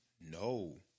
no